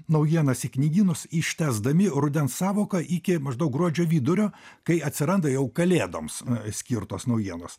naujienas į knygynus ištęsdami rudens sąvoką iki maždaug gruodžio vidurio kai atsiranda jau kalėdoms skirtos naujienos